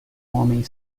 homem